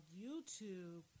YouTube